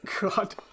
god